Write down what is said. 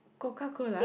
Coca-Cola